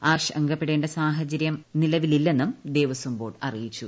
ആശങ്കപ്പെടേണ്ട സാഹചര്യം നിലവിലില്ലെന്നും ദേവസ്വം ബോർഡ് അറിയിച്ചു